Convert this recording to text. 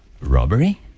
Robbery